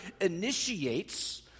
initiates